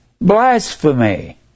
blasphemy